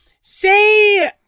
say